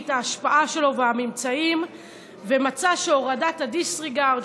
את ההשפעה שלו ואת הממצאים ומצא שהורדת ה-disregard,